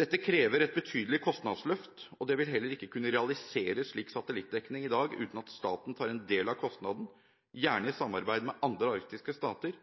Dette krever et betydelig kostnadsløft, og slik satellittdekning vil heller ikke kunne realiseres i dag uten at staten tar en del av kostnaden – gjerne i samarbeid med andre arktiske stater.